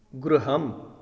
गृहम्